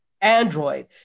Android